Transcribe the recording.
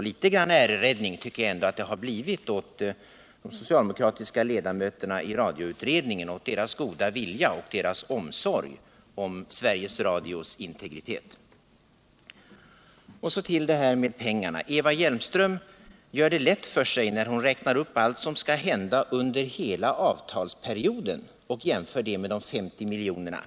Litet äreräddning tycker jag ändå att det har blivit för de socialdemokratiska ledamöternas i radioutredningen goda vilja och omsorg om Sveriges Radios integritet. Så till det där med pengar. Eva Hjelmström gör det lätt för sig när hon räknar upp allt som skall hända under hela avtalsperioden och jämför det med de 50 miljonerna.